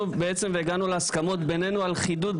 ובעצם הגענו להסכמות בינינו על חידוד,